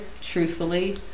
truthfully